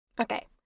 Okay